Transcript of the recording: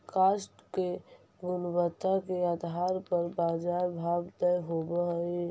काष्ठ के गुणवत्ता के आधार पर बाजार भाव तय होवऽ हई